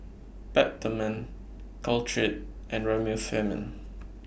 Peptamen Caltrate and Remifemin